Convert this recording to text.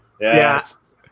Yes